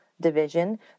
division